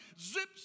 zips